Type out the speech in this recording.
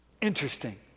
Interesting